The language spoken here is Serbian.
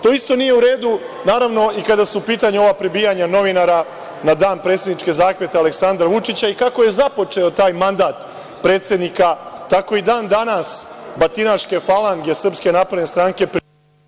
To isto nije u redu, naravno, i kada su u pitanju ova prebijanja novinara na dan predsedničke zakletve Aleksandra Vučića i kako je započeo taj mandat predsednika, tako i dan-danas batinaške falange SNS prebijaju građane širom Srbije.